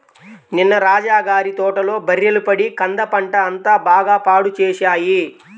నిన్న రాజా గారి తోటలో బర్రెలు పడి కంద పంట అంతా బాగా పాడు చేశాయి